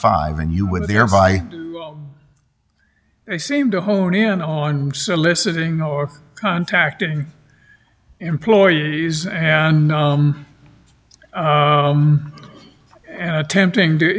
five and you were there by they seem to hone in on soliciting or contacted employees and attempting to